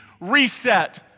reset